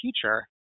future